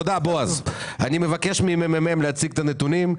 תודה, בועז.